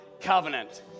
covenant